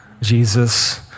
Jesus